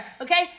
okay